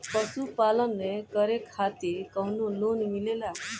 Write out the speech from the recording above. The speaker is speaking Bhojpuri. पशु पालन करे खातिर काउनो लोन मिलेला?